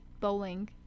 bowling